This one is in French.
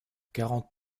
quarante